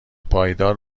پایدار